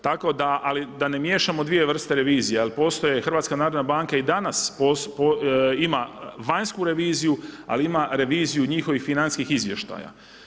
Tako da, ali da ne miješamo dvije vrste revizije jer postoje HNB i danas ima vanjsku reviziju ali ima reviziju njihovih financijskih izvještaja.